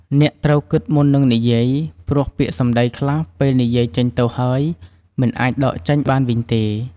អ្នកត្រូវគិតមុននឹងនិយាយ ព្រោះពាក្យសម្តីខ្លះពេលនិយាយចេញទៅហើយ មិនអាចដកចេញបានវិញទេ។